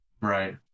Right